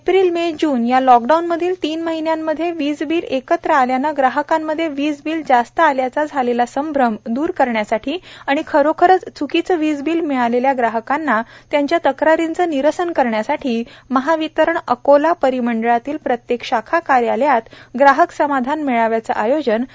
April May June या लॉकडांऊनमधील तीन महिन्यांचे वीजबिल एकत्र आल्याने ग्राहकांमध्ये वीज बिल जास्त आल्याचा झालेला संभ्रम द्र करण्यासाठी आणि खरोखरच च्कीचे वीज बील मिळालेला ग्राहकांच्या तक्रारींचे निरसन करण्यासाठी महावितरण अकोला परिमंडळातील प्रत्येक शाखा कार्यालयात ग्राहक समाधान मेळाव्याचे आयोजन करण्यात आले आहे